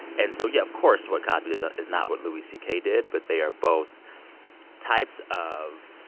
and so yeah, of course, what cosby is ah is not what louis c k. did, but they are both types of.